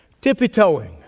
tippy-toeing